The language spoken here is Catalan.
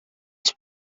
els